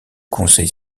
conseil